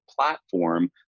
platform